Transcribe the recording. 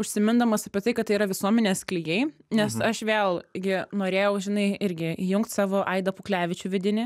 užsimindamas apie tai kad tai yra visuomenės klijai nes aš vėl gi norėjau žinai irgi įjungt savo aidą puklevičių vidinį